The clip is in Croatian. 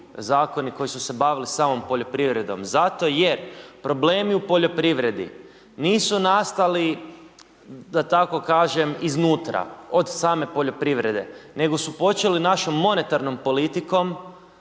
zakoni koji su se bavili samom poljoprivredom. Zato jer, problemi u poljoprivredi nisu nastali da tako kažem iz nutra, od same poljoprivrede, nego su počeli našom monetarnom politikom,